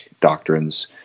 doctrines